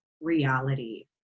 reality